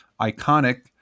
iconic